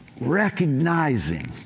recognizing